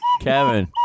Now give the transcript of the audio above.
Kevin